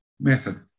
method